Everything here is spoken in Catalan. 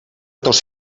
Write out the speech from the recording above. tos